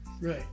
Right